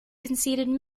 conceded